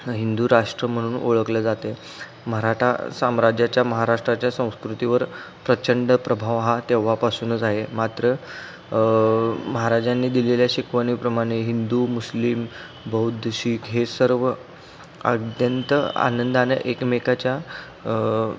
हिंदूराष्ट्र म्हणून ओळखलं जात आहे मराठा साम्राज्याच्या महाराष्ट्राच्या संस्कृतीवर प्रचंड प्रभाव हा तेव्हापासूनच आहे मात्र महाराजांनी दिलेल्या शिकवणीप्रमाणे हिंदू मुस्लिम बौद्ध शिख हे सर्व अत्यंत आनंदानं एकमेकाच्या